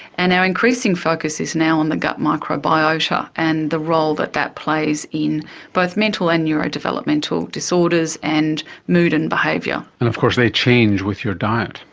and our increasing focus is now on the gut microbiota and the role that that plays in both mental and neurodevelopmental disorders and mood and behaviour. and of course they change with your diet.